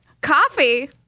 Coffee